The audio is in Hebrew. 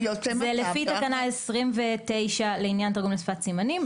זה לפי תקנה 29 לעניין תרגום לשפת סימנים,